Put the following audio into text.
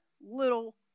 little